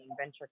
Venture